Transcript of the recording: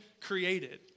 created